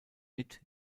mit